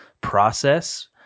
process